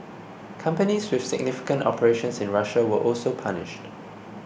companies with significant operations in Russia were also punished